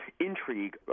intrigue